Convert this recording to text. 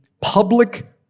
public